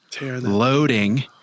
loading